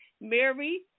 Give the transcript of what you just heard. Mary